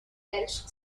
welsh